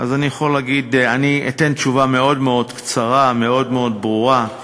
אני אתן תשובה מאוד מאוד קצרה, מאוד מאוד ברורה.